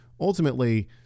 Ultimately